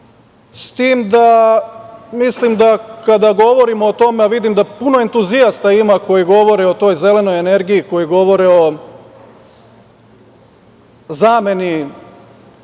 sporno. Ali, kada govorimo o tome, a vidim da puno entuzijasta ima koji govore o toj zelenoj energiji, koji govore o zameni